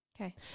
Okay